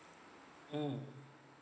mm